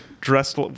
dressed